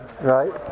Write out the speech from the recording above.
right